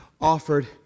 offered